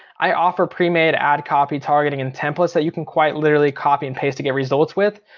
i offer pre-made ad copy, targeting and templates that you can quite literally copy and paste to get results with.